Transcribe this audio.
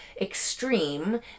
extreme